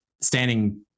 standing